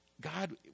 God